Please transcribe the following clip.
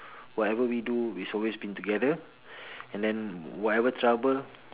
whatever we do it's always been together and then whatever trouble